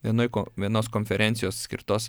vienoj ko vienos konferencijos skirtos